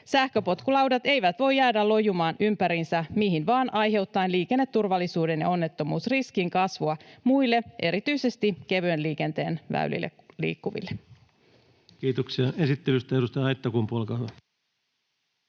Sähköpotkulaudat eivät voi jäädä lojumaan ympäriinsä mihin vaan ja aiheuttamaan liikenneturvallisuuden vaarantumista ja onnettomuusriskin kasvua muille, erityisesti kevyen liikenteen väylillä liikkuville. [Speech 214] Speaker: